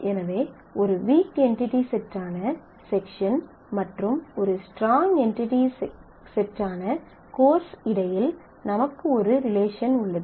எனவே ஒரு weak entity செட்டான செக்ஷன் மற்றும் ஒரு ஸ்ட்ராங் என்டிடி செட்டான கோர்ஸ் இடையில் நமக்கு ஒரு ரிலேஷன் உள்ளது